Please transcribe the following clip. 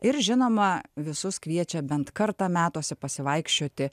ir žinoma visus kviečia bent kartą metuose pasivaikščioti